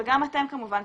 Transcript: וגם אתם כמובן,